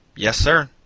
yes, sir.